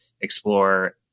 explore